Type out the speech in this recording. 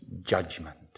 judgment